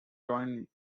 joined